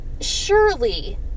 Surely